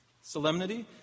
Solemnity